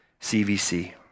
CVC